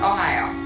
Ohio